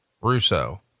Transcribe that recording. Russo